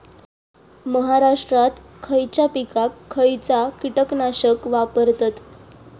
महाराष्ट्रात खयच्या पिकाक खयचा कीटकनाशक वापरतत?